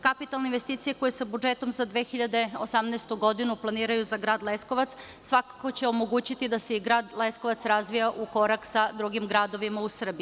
Kapitalne investicije koje se budžetom za 2018. godinu planiraju za grad Leskovac svakako će omogućiti da se i grad Leskovac razvija u korak sa drugim gradovima u Srbiji.